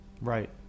Right